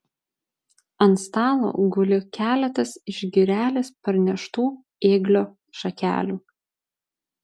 ant stalo guli keletas iš girelės parneštų ėglio šakelių